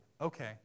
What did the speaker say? Okay